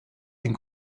den